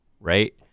Right